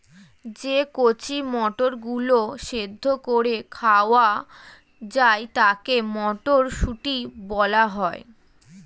যে কচি মটরগুলো সেদ্ধ করে খাওয়া যায় তাকে মটরশুঁটি বলা হয়